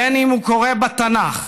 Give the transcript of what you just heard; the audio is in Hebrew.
בין שהוא קורא בתנ"ך,